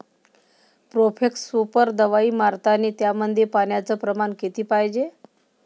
Profex super दवाई मारतानी त्यामंदी पान्याचं प्रमाण किती पायजे?